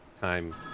time